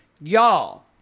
Y'all